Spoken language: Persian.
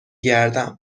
گردم